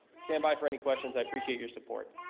stand by for any questions, i appreciate your support